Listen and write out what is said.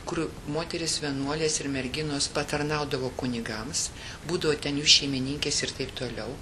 kur moterys vienuolės ir merginos patarnaudavo kunigams būdavo ten jų šeimininkės ir taip toliau